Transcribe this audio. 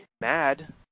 mad